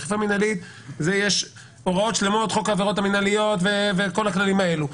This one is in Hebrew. אכיפה מנהלית זה הוראות שלמות: חוק העברות המנהליות וכל הכללים האלה,